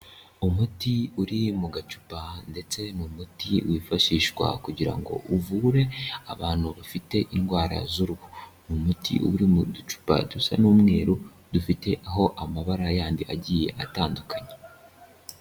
Umuti uri mu gacupa, ndetse ni umuti wifashishwa kugira ngo uvure abantu bafite indwara z'uruhu. Ni umuti uba uri mu ducupa dusa n'umweru, dufite aho amabara yandi agiye atandukanye.